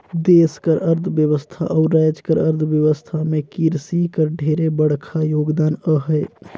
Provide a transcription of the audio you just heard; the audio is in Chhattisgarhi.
देस कर अर्थबेवस्था अउ राएज कर अर्थबेवस्था में किरसी कर ढेरे बड़खा योगदान अहे